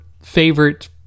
favorite